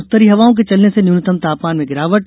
उत्तरी हवाओं के चलने से न्यूनतम तापमान में गिरावट